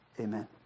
Amen